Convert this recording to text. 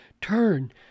turn